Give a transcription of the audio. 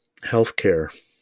healthcare